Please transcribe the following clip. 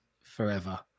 forever